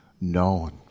known